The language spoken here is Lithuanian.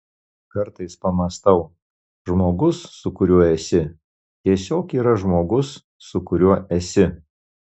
kartais pamąstau žmogus su kuriuo esi tiesiog yra žmogus su kuriuo esi